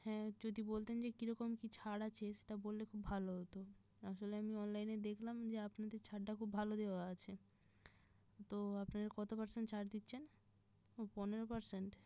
হ্যাঁ যদি বলতেন যে কীরকম কী ছাড় আছে সেটা বললে খুব ভালো হতো আসলে আমি অনলাইনে দেখলাম যে আপনাদের ছাড়টা খুব ভালো দেওয়া আছে তো আপনারা কত পারসেন্ট ছাড় দিচ্ছেন ও পনেরো পারসেন্ট